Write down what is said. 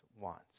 wants